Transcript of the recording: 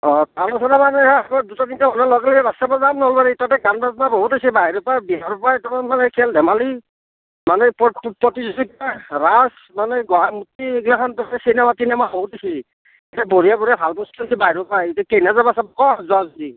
অঁ আলোচনা মানে সেই দুটা তিনটা মানুহ লগলাগি ৰাস চাব যাম নলবাৰী তাতে গান বাজনা বহুত হৈছে বাহিৰৰ পৰা বিহাৰৰ পৰা একদম মানে খেল ধেমালি মানে প্ৰ প্ৰতিযোগিতা ৰাস মানে গুৱাহাটীৰ এইগিলাখান চিনেমা তিনেমা বহুত হৈছি এই বঢ়িয়া বঢ়িয়া ভাল বস্তু আছে বাহিৰৰ পৰা আহিছে কেনকৈ যাবা ক' যাবা যদি